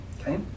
Okay